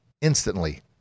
instantly